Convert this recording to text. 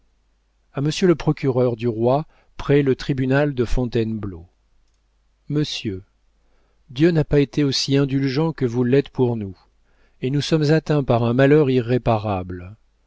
a monsieur le procureur du roi près le tribunal de fontainebleau monsieur dieu n'a pas été aussi indulgent que vous l'êtes pour nous et nous sommes atteints par un malheur irréparable